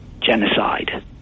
genocide